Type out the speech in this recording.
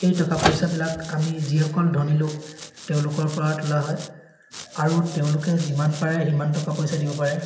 এই টকা পইচাবিলাক আমি যিসকল ধনী লোক তেওঁলোকৰপৰা তোলা হয় আৰু তেওঁলোকে যিমান পাৰে সিমান টকা পইচা দিব পাৰে